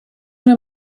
una